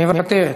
מוותרת.